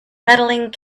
medaling